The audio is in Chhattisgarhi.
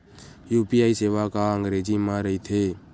यू.पी.आई सेवा का अंग्रेजी मा रहीथे?